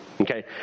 Okay